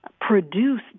produce